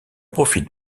profite